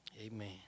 amen